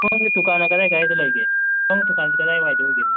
ꯁꯣꯝꯒꯤ ꯗꯨꯀꯥꯟꯅ ꯀꯔꯥꯏ ꯀꯔꯥꯏꯗ ꯂꯩꯒꯦ ꯁꯣꯝꯒꯤ ꯗꯨꯀꯥꯟꯖꯦ ꯀꯗꯥꯏ ꯋꯥꯏꯗ ꯑꯣꯏꯒꯦꯕ